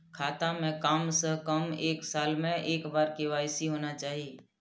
खाता में काम से कम एक साल में एक बार के.वाई.सी होना चाहि?